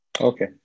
okay